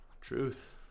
Truth